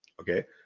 okay